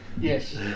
yes